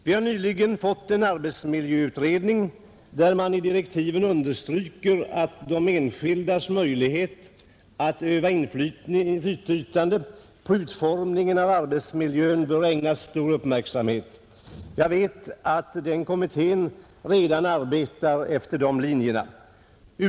Vi har nyligen fått en arbetsmiljöutredning, där man i direktiven understryker att de enskildas möjlighet att utöva inflytande på utformningen av arbetsmiljön bör ägnas stor uppmärksamhet. Jag vet att utredningen redan arbetar efter de linjerna.